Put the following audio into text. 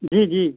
जी जी